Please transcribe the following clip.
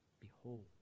Behold